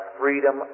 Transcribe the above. freedom